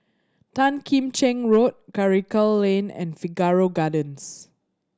Tan Kim Cheng Road Karikal Lane and Figaro Gardens